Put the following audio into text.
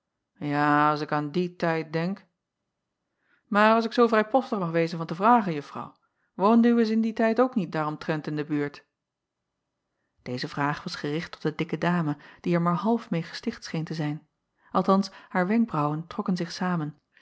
a as ik an die tijd denk maar as ik zoo vrijpostig mag wezen van te vragen uffrouw woonde uwees in dien tijd ook niet daaromtrent in de buurt eze vraag was gericht tot de dikke dame die er maar half meê gesticht scheen te zijn althans haar wenkbraauwen trokken zich samen